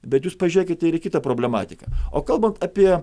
bet jūs pažiūrėkite ir į kitą problematiką o kalbant apie